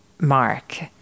Mark